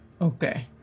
Okay